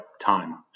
time